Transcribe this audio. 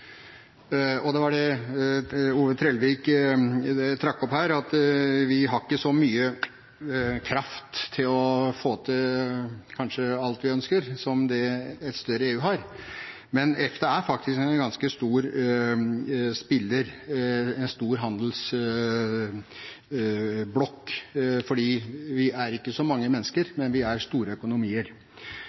var det Ove Trellevik trakk opp her, at vi ikke har så mye kraft til å få til kanskje alt vi ønsker, som det et større EU har. Men EFTA er faktisk en ganske stor spiller, en stor handelsblokk. Vi er ikke så mange mennesker, men vi er store økonomier,